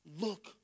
Look